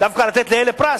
דווקא לתת לאלה פרס,